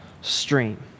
stream